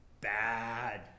bad